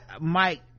mike